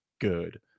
good